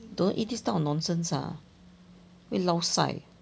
don't eat this type of nonsense ah wait lao sai